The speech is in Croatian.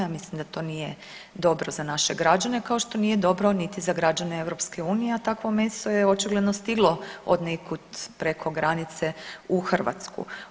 Ja mislim da to nije dobro za naše građane kao što nije dobro niti za građane EU, a takvo meso je očigledno stiglo od nekud preko granice u Hrvatsku.